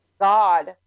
god